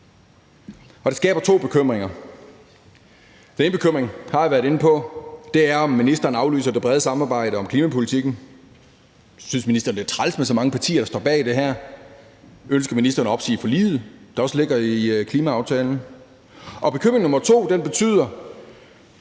Det skaber to bekymringer. Den ene bekymring har jeg været inde på, og det er, om ministeren aflyser det brede samarbejde om klimapolitikken. Synes ministeren, det er træls med så mange partier, der står bag det her? Ønsker ministeren at opsige forliget, der også ligger i klimaaftalen? Og bekymring nr. 2 er,